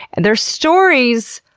and their stories,